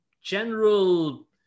general